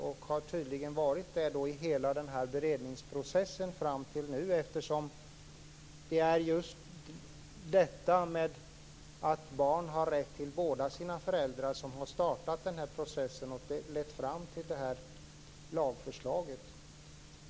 Det har ni tydligen varit i hela beredningsprocessen fram till nu eftersom det just är detta att barn har rätt till båda sina föräldrar som har startat den här processen och som har lett fram till det här lagförslaget.